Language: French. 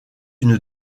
une